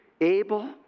Abel